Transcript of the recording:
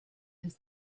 has